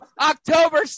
October